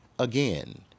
Again